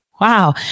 Wow